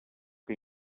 que